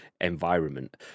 environment